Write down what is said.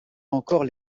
encore